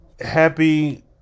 happy